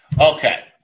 Okay